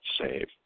save